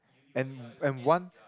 and and one